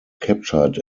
captured